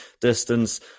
distance